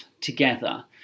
together